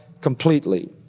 completely